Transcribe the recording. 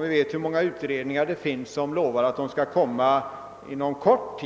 Vi vet hur många utredningar som lovar att de skall framlägga förslag inom kort,